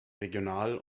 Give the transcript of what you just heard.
regional